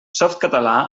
softcatalà